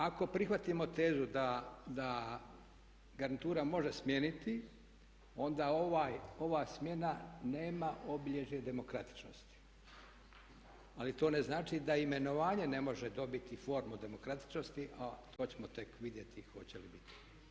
Ako prihvatimo tezu da garnitura može smijeniti, onda ova smjena nema obilježje demokratičnosti, ali to ne znači da imenovanje ne može dobiti formu demokratičnosti, a to ćemo tek vidjeti hoće li biti.